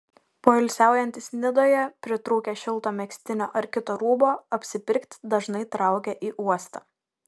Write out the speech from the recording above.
poilsiaujantys nidoje pritrūkę šilto megztinio ar kito rūbo apsipirkti dažnai traukia į uostą